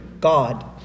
God